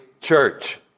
church